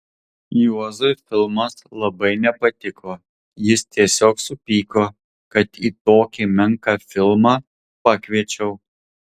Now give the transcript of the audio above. juozui filmas labai nepatiko jis tiesiog supyko kad į tokį menką filmą pakviečiau